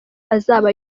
azaba